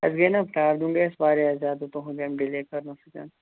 اَسہِ گٔے نا پرٛابلِم گٔے اَسہِ واریاہ زیادٕ تُہنٛد اَمہِ ڈِلیے کَرنہٕ سۭتۍ